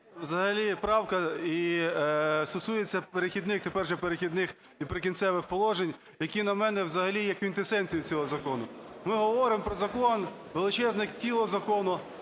взагалі правка стосується "Перехідних", тепер вже "Перехідних і Прикінцевих положень", які, як на мене, взагалі є квінтесенцією цього закону. Ми говоримо про закон, величезне тіло закону,